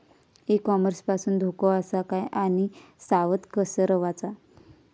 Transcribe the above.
E commerce पासून धोको आसा काय आणि सावध कसा रवाचा?